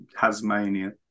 Tasmania